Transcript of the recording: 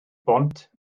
bont